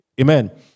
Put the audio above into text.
Amen